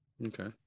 Okay